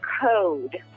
code